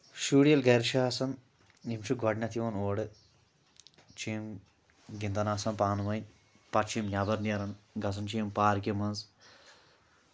شُرۍ ییٚلہِ گرِ چھِ آسان یِم چھِ گۄڈٕنٮ۪تھ یِوان اورٕ چھِ یِم گِنٛدان آسان پانہٕ ؤنۍ پتہٕ چھِ یِم نیبر نیران گژھان چھِ یِم پارکہِ منٛز